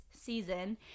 season